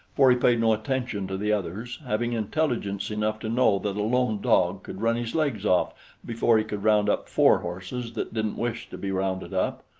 for he paid no attention to the others, having intelligence enough to know that a lone dog could run his legs off before he could round up four horses that didn't wish to be rounded up.